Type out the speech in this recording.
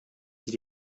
sie